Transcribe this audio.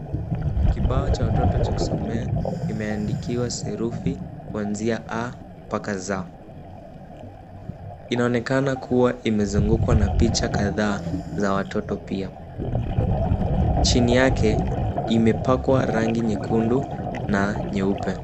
Kibao cha watoto cha kusomea imeandikiwa serufi kuanzia a mpaka z. Inaonekana kuwa imezungukwa na picha kadhaa za watoto pia. Chini yake imepakwa rangi nyekundu na nyeupe.